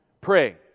Pray